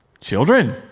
Children